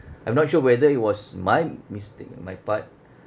I'm not sure whether it was my mistake on my part